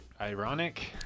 Ironic